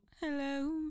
Hello